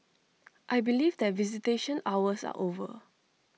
I believe that visitation hours are over